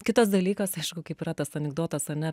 kitas dalykas aišku kaip yra tas anikdotas ane